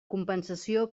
compensació